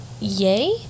yay